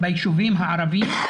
בישובים הערביים,